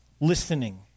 listening